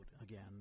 again